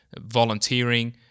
volunteering